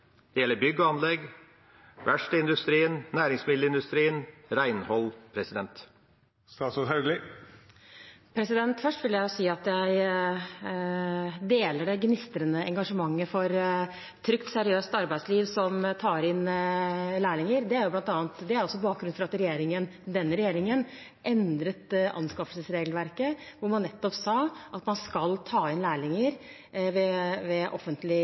Det gjelder bygg og anlegg, verkstedindustrien, næringsmiddelindustrien og renhold. Først vil jeg si at jeg deler det gnistrende engasjementet for et trygt, seriøst arbeidsliv som tar inn lærlinger. Det er også bakgrunnen for at denne regjeringen endret anskaffelsesregelverket, hvor man nettopp sa at man skal ta inn lærlinger ved